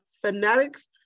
phonetics